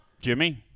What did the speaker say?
Jimmy